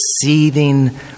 seething